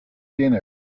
dinner